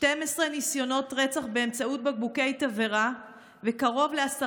12 ניסיונות רצח באמצעות בקבוקי תבערה וקרוב ל-10